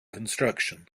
construction